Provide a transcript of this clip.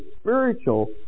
spiritual